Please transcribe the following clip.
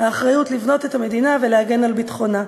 האחריות לבנות את המדינה ולהגן על ביטחונה.